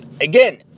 again